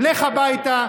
לך הביתה.